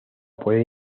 puede